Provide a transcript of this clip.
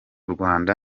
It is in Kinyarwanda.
rwanda